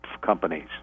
companies